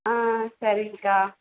ஆ சரிங்க்கா